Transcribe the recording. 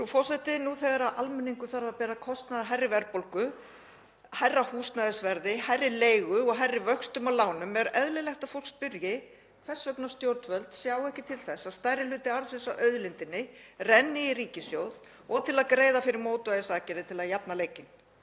Frú forseti. Nú þegar almenningur þarf að bera kostnað af hærri verðbólgu, hærra húsnæðisverði, hærri leigu og hærri vöxtum á lánum, er eðlilegt að fólk spyrji hvers vegna stjórnvöld sjái ekki til þess að stærri hluti arðsins af auðlindinni renni í ríkissjóð og til að greiða fyrir mótvægisaðgerðir til að jafna leikinn.